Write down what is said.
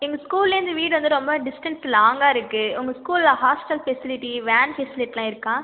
எங்கள் ஸ்கூல்லேருந்து வீடு வந்து ரொம்ப டிஸ்டன்ஸ் லாங்காக இருக்குது உங்கள் ஸ்கூலில் ஹாஸ்ட்டல் ஃபெசிலிட்டி வேன் ஃபெசிலிட்டிலாம் இருக்கா